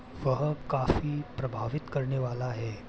वह काफ़ी प्रभावित करनेवाला है